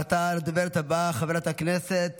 ועתה לדוברת הבאה, חברת הכנסת